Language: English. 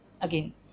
again